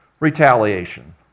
Retaliation